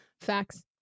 Facts